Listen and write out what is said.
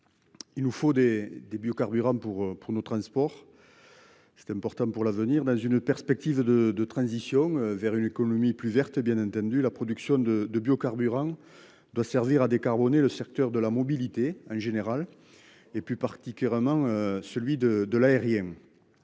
Il nous faut des des biocarburants pour pour nos transports. C'était important pour l'avenir dans une perspective de de transition vers une économie plus verte et bien entendu la production de biocarburants doit servir à décarboner le secteur de la mobilité en général et plus particulièrement celui de de l'aérien.